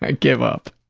ah give up.